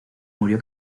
murió